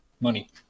money